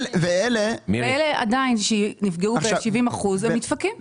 ועדיין אלה שנפגעו ב-70% נדפקים.